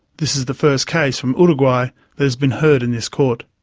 this is the first case from uruguay that has been heard in this court.